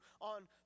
on